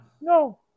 No